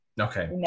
Okay